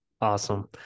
Awesome